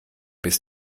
bis